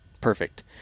Perfect